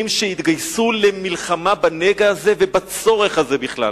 שיתגייסו למלחמה בנגע הזה ובצורך הזה בכלל.